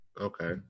okay